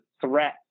threat